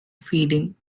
feeding